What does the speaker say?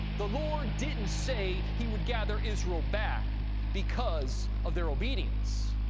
the lord didn't say he would gather israel back because of their obedience,